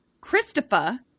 Christopher